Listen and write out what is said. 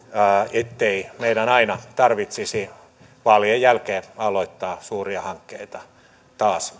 ettei meidän aina tarvitsisi vaalien jälkeen aloittaa suuria hankkeita taas